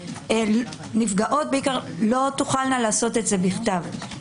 נפגעות בעיקר שלא תוכלנה לעשות זאת בכתב.